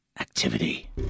activity